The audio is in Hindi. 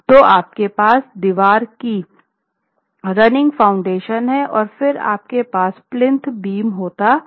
तो आपके पास दीवार की रनिंग फाउंडेशन है और फिर आपके पास प्लिंथ बीम होता है